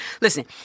listen